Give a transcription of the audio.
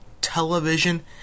television